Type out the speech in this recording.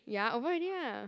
ya over already ah